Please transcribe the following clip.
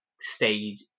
stayed